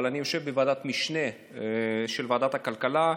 אבל אני יושב בוועדת משנה של ועדת הכלכלה.